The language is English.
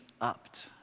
upped